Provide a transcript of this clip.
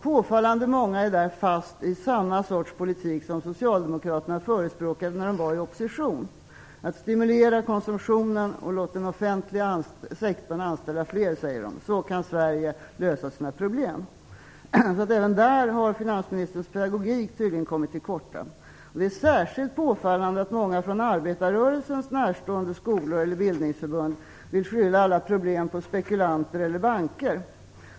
Påfallande många är fast i samma sorts politik som socialdemokraterna förespråkade när de var i opposition. Stimulera konsumtionen och låt den offentliga sektorn anställa fler, säger de, så kan Sverige lösa sina problem. Redan där har finansministerns pedagogik tydligen kommit till korta. Det är särskilt påfallande att många från arbetarrörelsen närstående skolor eller bildningsförbund vill skylla alla problem på spekulanter eller banker.